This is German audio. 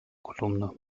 kolumne